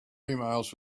emails